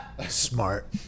Smart